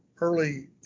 early